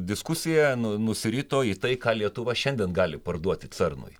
diskusija nu nusirito į tai ką lietuva šiandien gali parduoti cernui